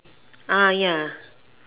ah ya